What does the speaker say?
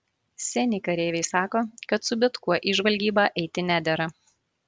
seni kareiviai sako kad su bet kuo į žvalgybą eiti nedera